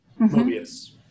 Mobius